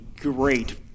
great